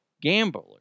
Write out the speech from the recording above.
Gambler